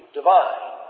divine